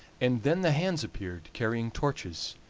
and then the hands appeared carrying torches,